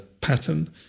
pattern